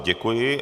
Děkuji.